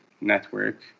network